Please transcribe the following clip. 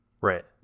right